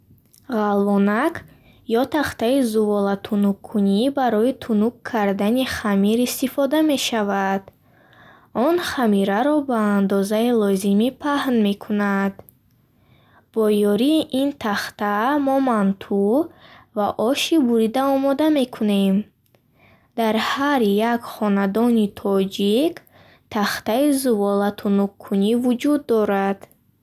Ғалвонак е тахтаи зувола тунуккунӣ барои тунук кардани хамир истифода мешавад. Он хамираро ба андозаи лозимӣ паҳн мекунад. Бо ёрии ин тахта мо манту ва оши бурида омода мекунем. Дар ҳар як хонадони тоҷик тахтаи зувола тунуккунӣ вуҷуд дорад.